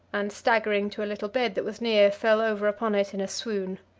and staggering to a little bed that was near, fell over upon it in a swoon.